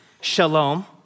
shalom